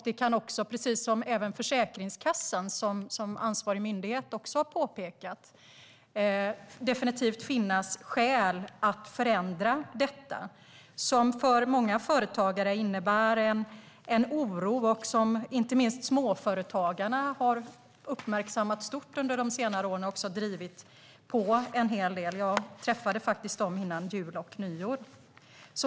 Det kan också, precis som även Försäkringskassan som ansvarig myndighet har påpekat, definitivt finnas skäl att förändra detta som för många företagare innebär en oro. Inte minst småföretagarna har uppmärksammat detta stort under senare år och också drivit på en hel del. Jag träffade faktiskt dem före jul och nyår.